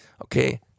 okay